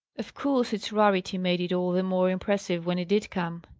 of course its rarity made it all the more impressive when it did come.